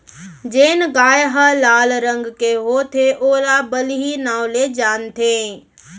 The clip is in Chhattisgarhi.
जेन गाय ह लाल रंग के होथे ओला बलही नांव ले जानथें